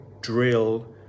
drill